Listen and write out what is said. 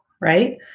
right